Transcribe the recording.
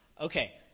Okay